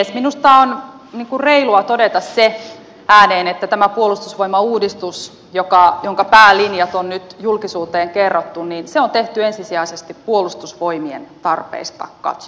minusta on reilua todeta se ääneen että tämä puolustusvoimauudistus jonka päälinjat on nyt julkisuuteen kerrottu on tehty ensisijaisesti puolustusvoimien tarpeita katsoen